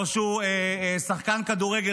או שהוא שחקן כדורגל,